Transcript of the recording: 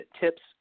tips